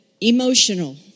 emotional